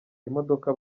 imodoka